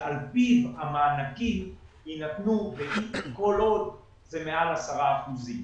שעל פיו המענקים יינתנו כל עוד זה מעל 10 אחוזים.